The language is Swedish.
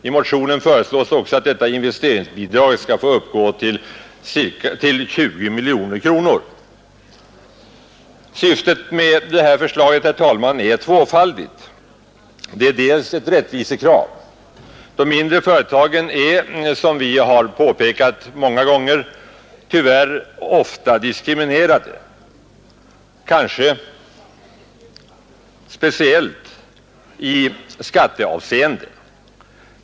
I motionen föreslås också att detta investeringsbidrag skulle få uppgå till 20 miljoner kronor. Syftet med det här förslaget, herr talman, är tvåfaldigt. Till dels är det ett rättvisekrav. De mindre företagen är, som vi har påpekat många gånger, tyvärr ofta diskriminerade, kanske speciellt i skatteavseende.